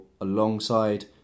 alongside